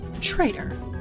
Traitor